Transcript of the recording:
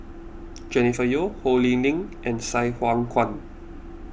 Jennifer Yeo Ho Lee Ling and Sai Hua Kuan